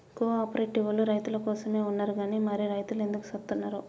కో ఆపరేటివోల్లు రైతులకోసమే ఉన్నరు గని మరి రైతులెందుకు సత్తున్నరో